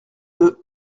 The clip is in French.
deux